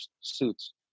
suits